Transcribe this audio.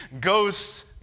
ghosts